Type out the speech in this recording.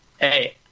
Hey